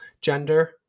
Gender